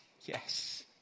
Yes